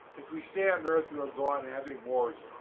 if we stay on earth, we'll go on and having wars.